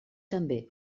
també